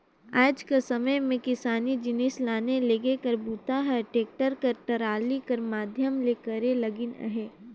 आएज कर समे मे किसानी जिनिस लाने लेगे कर बूता ह टेक्टर कर टराली कर माध्यम ले करे लगिन अहे